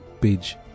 page